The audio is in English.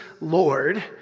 Lord